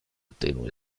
tenue